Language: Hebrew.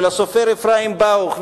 של הסופר אפרים באוך,